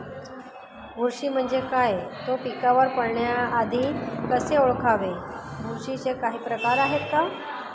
बुरशी म्हणजे काय? तो पिकावर पडण्याआधी कसे ओळखावे? बुरशीचे काही प्रकार आहेत का?